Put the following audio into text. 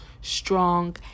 strong